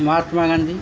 Mahatma Gandhi